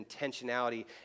intentionality